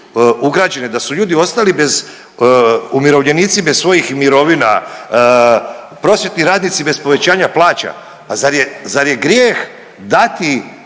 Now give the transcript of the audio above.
da su ljudi ostali bez umirovljenici bez svojih mirovina, prosvjetni radnici bez povećanja plaća. Pa zar je grijeh dati